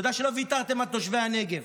תודה שלא ויתרתם על תושבי הנגב.